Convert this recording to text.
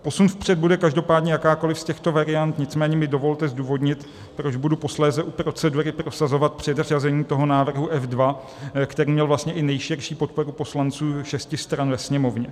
Posun vpřed bude každopádně jakákoliv z těchto variant, nicméně mi dovolte zdůvodnit, proč budu posléze u procedury prosazovat předřazení návrhu F2, který měl vlastně i nejširší podporu poslanců šesti stran ve Sněmovně.